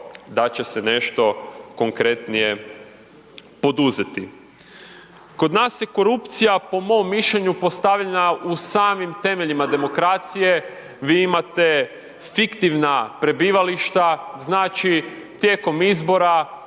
da će se nešto konkretnije poduzeti. kod nas je korupcija, po mom mišljenju, postavljena u samim temeljima demokracije, vi imate fiktivna prebivališta, znači, tijekom izbora